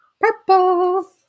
Purple